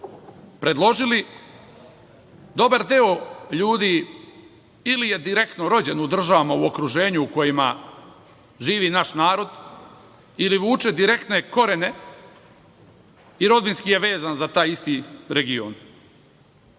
predložili dobar deo ljudi ili je direktno rođen u državama u okruženju u kojima živi naš narod ili vuče direktne korene i rodbinski je vezan za taj isti